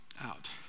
out